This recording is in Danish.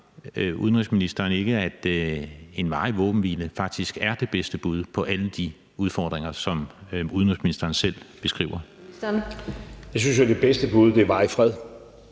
udenrigsministeren ikke, at en varig våbenhvile faktisk er det bedste bud på alle de udfordringer, som udenrigsministeren selv beskriver? Kl. 13:05 Fjerde næstformand (Karina